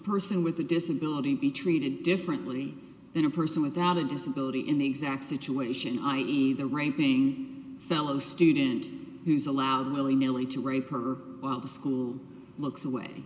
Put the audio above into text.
person with a disability be treated differently than a person without a disability in the exact situation i e the raping fellow student who's allowed willy nilly to rape her while the school looks away